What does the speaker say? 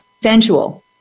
sensual